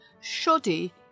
Shoddy